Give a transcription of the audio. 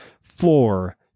Four